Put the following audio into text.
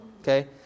okay